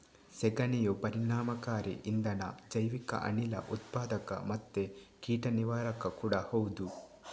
ಸೆಗಣಿಯು ಪರಿಣಾಮಕಾರಿ ಇಂಧನ, ಜೈವಿಕ ಅನಿಲ ಉತ್ಪಾದಕ ಮತ್ತೆ ಕೀಟ ನಿವಾರಕ ಕೂಡಾ ಹೌದು